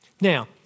Now